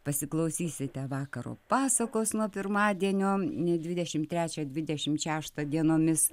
pasiklausysite vakaro pasakos nuo pirmadienio net dvidešimt trečią dvidešimt šeštą dienomis